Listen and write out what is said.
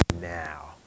now